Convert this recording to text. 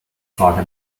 frage